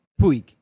Puig